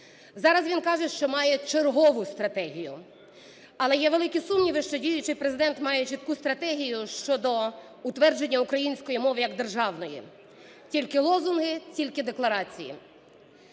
Зараз він каже, що має чергову стратегію. Але є великі сумніви, що діючий Президент має чітку стратегію щодо утвердження української мови як державної. Тільки лозунги, тільки декларації.